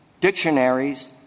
dictionaries